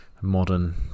modern